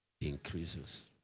Increases